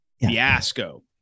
Fiasco